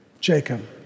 Jacob